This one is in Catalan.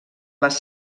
les